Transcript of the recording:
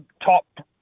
top